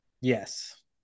Yes